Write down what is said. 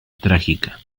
trágica